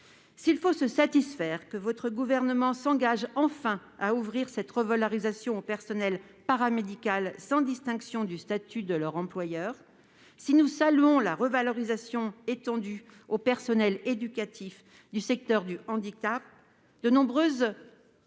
S'il faut se satisfaire que votre gouvernement s'engage enfin à ouvrir cette revalorisation au personnel paramédical sans distinction du statut de leur employeur, et si nous saluons l'extension de la revalorisation au personnel éducatif du secteur du handicap, de nombreuses